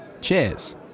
Cheers